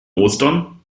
ostern